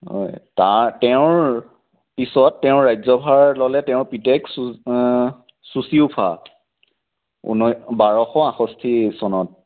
হয় ত তেওঁৰ পিছত তেওঁৰ ৰাজ্যভাৰ ল'লে তেওঁৰ পুতেক চু চুতিওফা ঊনা বাৰশ আঠষষ্ঠি চনত